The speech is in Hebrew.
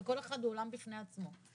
וכל אחד הוא עולם בפני עצמו.